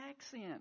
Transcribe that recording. accent